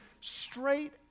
straight